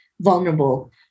vulnerable